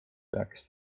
peaks